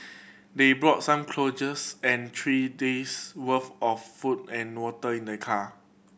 they brought some and three days' worth of food and water in their car